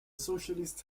socialists